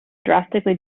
drastically